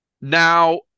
now